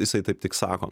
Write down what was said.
jisai taip tik sako